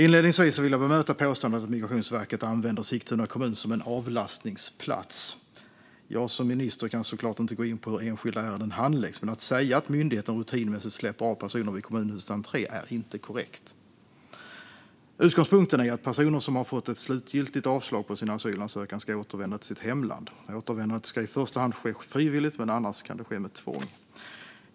Inledningsvis vill jag bemöta påståendet att Migrationsverket använder Sigtuna kommun som en avlastningsplats. Jag som minister kan såklart inte gå in på hur enskilda ärenden handläggs, men att säga att myndigheten rutinmässigt släpper av personer vid kommunhusets entré är inte korrekt. Utgångspunkten är att personer som har fått ett slutgiltigt avslag på sin asylansökan ska återvända till sitt hemland. Återvändandet ska i första hand ske frivilligt, men annars kan det ske med tvång.